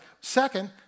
Second